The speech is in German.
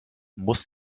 muss